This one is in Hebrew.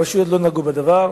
הרשויות לא נגעו בדבר,